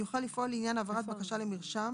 יוכל לפעול לעניין העברת בקשה למרשם